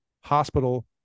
hospital